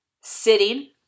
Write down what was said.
Sitting